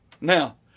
Now